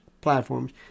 platforms